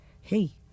hey